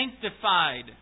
sanctified